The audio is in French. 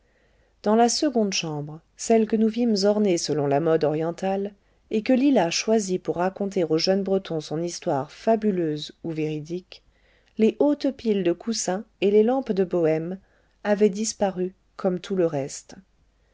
dans la seconde chambre celle que nous vîmes ornée selon la mode orientale et que lila choisit pour raconter au jeune breton son histoire fabuleuse ou véridique les hautes piles de coussins et les lampes de bohême avaient disparu comme tout le reste